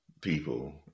people